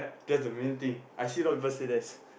that's the main thing I see a lot people say this